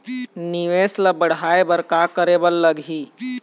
निवेश ला बड़हाए बर का करे बर लगही?